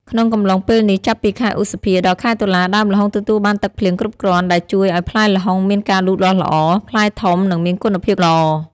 ក្នុងកំឡុងពេលនេះចាប់ពី ខែឧសភា ដល់ ខែតុលា ដើមល្ហុងទទួលបានទឹកភ្លៀងគ្រប់គ្រាន់ដែលជួយឱ្យផ្លែល្ហុងមានការលូតលាស់ល្អ ផ្លែធំ និងមានគុណភាពល្អ។